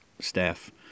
staff